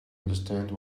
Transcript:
understand